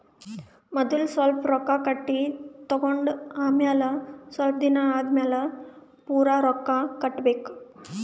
ಮದಲ್ ಸ್ವಲ್ಪ್ ರೊಕ್ಕಾ ಕಟ್ಟಿ ತಗೊಂಡ್ ಆಮ್ಯಾಲ ಸ್ವಲ್ಪ್ ದಿನಾ ಆದಮ್ಯಾಲ್ ಪೂರಾ ರೊಕ್ಕಾ ಕಟ್ಟಬೇಕ್